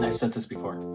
like said this before.